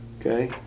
Okay